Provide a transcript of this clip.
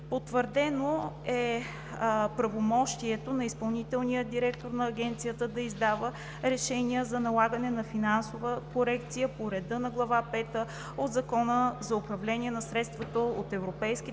Потвърдено е правомощието на изпълнителния директор на Агенцията да издава решения за налагане на финансова корекция по реда на Глава пета от Закона за управление на средствата от Европейските